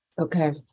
Okay